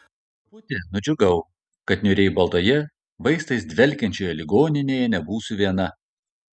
truputį nudžiugau kad niūriai baltoje vaistais dvelkiančioje ligoninėje nebūsiu viena